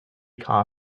car